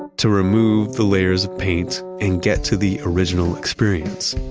to remove the layers of paint and get to the original experience,